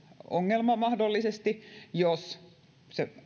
ongelma jos kuitenkin se